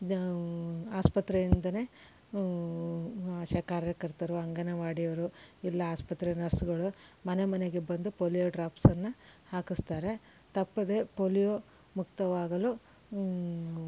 ಆಸ್ಪತ್ರೆಯಿಂದನೆ ಆಶಾಕಾರ್ಯಕರ್ತರು ಅಂಗನವಾಡಿಯವರು ಎಲ್ಲ ಆಸ್ಪತ್ರೆ ನರ್ಸ್ಗಳು ಮನೆ ಮನೆಗೆ ಬಂದು ಪೋಲಿಯೋ ಡ್ರಾಪ್ಸನ್ನು ಹಾಕಿಸ್ತಾರೆ ತಪ್ಪದೆ ಪೋಲಿಯೋ ಮುಕ್ತವಾಗಲು